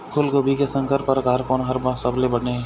फूलगोभी के संकर परकार कोन हर सबले बने ये?